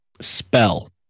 spell